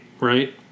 right